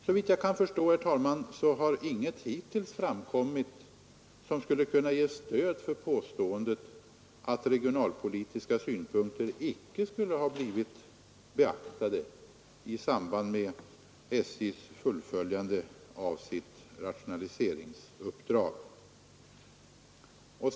Såvitt jag kan förstå, herr talman, har hittills ingenting framkommit som skulle kunna ge stöd för påståendet att regionalpolitiska synpunkter icke skulle ha blivit beaktade i samband med SJ:s fullföljande av rationaliseringsuppdraget.